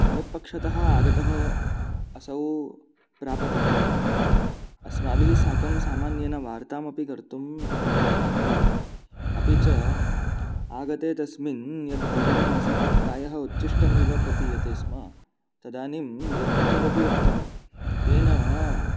भवत्पक्षतः आगतः असौ प्रापकः अस्माभिः साकं सामान्येन वार्तामपि कर्तुं न जानाति अपि च आगते तस्मिन् यत् भोजनमासीत् तत् प्रायः उच्छिष्टम् एव प्रतीयते स्म तदानीं यत् किञ्चिदपि उक्तं तेन